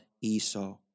Esau